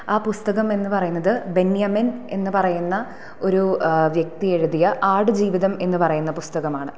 ആ പുസ്തകമെന്നു പറയുന്നത് ബെന്യാമിൻ എന്നു പറയുന്ന ഒരു വ്യക്തി എഴുതിയ ആട് ജീവിതം എന്നു പറയുന്ന പുസ്തകമാണ്